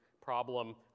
problem